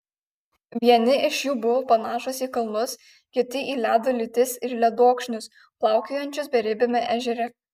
vieni iš jų buvo panašūs į kalnus kiti į ledo lytis ir ledokšnius plaukiojančius beribiame ežere